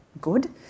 good